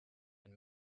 and